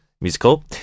musical